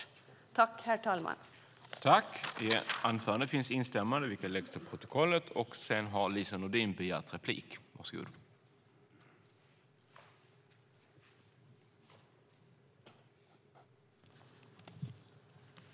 I detta anförande instämde Jonas Jacobsson Gjörtler .